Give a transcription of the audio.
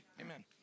Amen